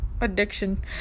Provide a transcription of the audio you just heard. Addiction